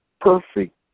perfect